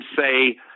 say